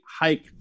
hike